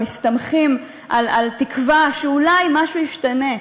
ומסתמכים על תקווה שאולי משהו השתנה.